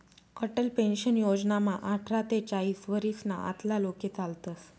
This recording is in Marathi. अटल पेन्शन योजनामा आठरा ते चाईस वरीसना आतला लोके चालतस